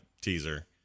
teaser